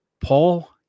Paul